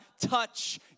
touch